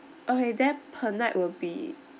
okay then per night will be